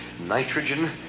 Nitrogen